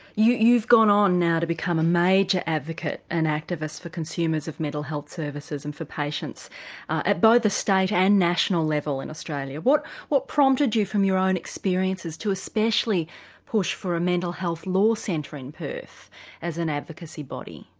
you've gone on now to become a major advocate and activist for consumers of mental health services and for patients at both the state and national level in australia. what what prompted you from your own experiences to especially push for a mental health law centre in perth as an advocacy body?